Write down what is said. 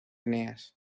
eneas